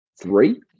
Three